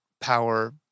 power